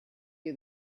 you